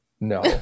no